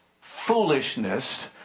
foolishness